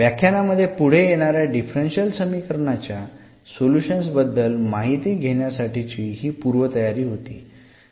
व्याख्यानामध्ये पुढे येणाऱ्या डिफरन्शियल समीकरणाच्या सोल्युशन्स बद्दल माहिती घेण्यासाठीची ही पूर्व तयारी होती